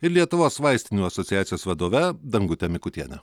ir lietuvos vaistinių asociacijos vadove dangutė mikutienė